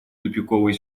тупиковой